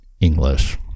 English